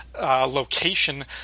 location